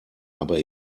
aber